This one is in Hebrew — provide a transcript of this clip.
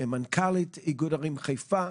מנכ"לית איגוד ערים חיפה,